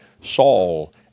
Saul